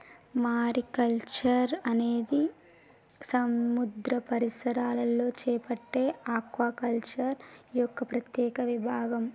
mariculture అనేది సముద్ర పరిసరాలలో చేపట్టే ఆక్వాకల్చర్ యొక్క ప్రత్యేక విభాగం